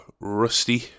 Rusty